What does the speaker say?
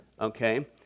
okay